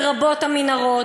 לרבות המנהרות,